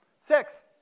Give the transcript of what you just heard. Six